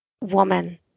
woman